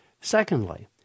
Secondly